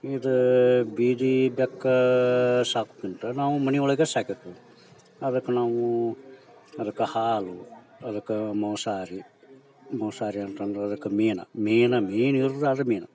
ಇದು ಬೀದಿ ಬೆಕ್ಕು ಸಾಕ್ತಂತ್ರ ನಾವು ಮನೆಯೊಳಗೆ ಸಾಕಿರ್ತೀವಿ ಅದಕ್ಕೆ ನಾವೂ ಅದಕ್ಕೆ ಹಾಲು ಅದಕ್ಕೆ ಮೋಸಾರಿ ಮೋಸಾರಿ ಅಂತಂದ್ರೆ ಅದಕ್ಕೆ ಮೀನು ಮೇಯ್ನ್ ಮೀನು ಇರೋದೆ ಅದು ಮೀನು